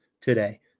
today